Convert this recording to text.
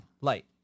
Light